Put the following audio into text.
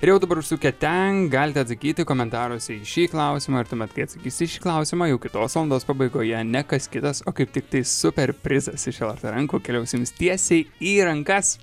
ir jau dabar užsukę ten galite atsakyti komentaruose į šį klausimą ir tuomet kai atsakysit į šį klausimą jau kitos valandos pabaigoje ne kas kitas o kaip tiktai super prizas iš lrt rankų keliaus jums tiesiai į rankas